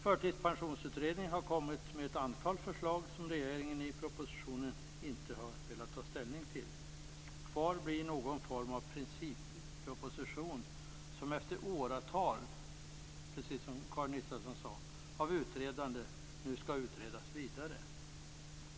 Förtidspensionsutredningen har kommit med ett antal förslag som regeringen i propositionen inte har velat ta ställning till. Kvar blir någon form av principproposition, som efter år av utredande - precis som Karin Israelsson sade - nu skall utredas vidare.